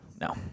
no